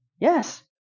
Yes